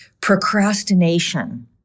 Procrastination